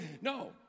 No